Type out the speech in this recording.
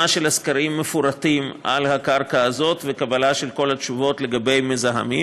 של הסקרים המפורטים על הקרקע הזאת וקבלה של כל התשובות לגבי מזהמים,